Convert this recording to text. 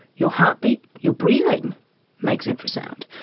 your heartbeat, your breathing makes infra-sound.